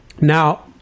Now